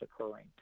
occurring